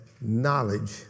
knowledge